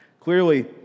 Clearly